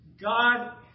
God